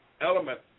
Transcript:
element